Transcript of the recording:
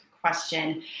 question